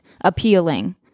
appealing